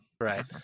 Right